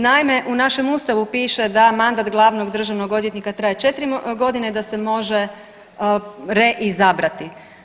Naime u našem Ustavu piše da mandat glavnog državnog odvjetnika traje 4 godine, da se može reizabrati.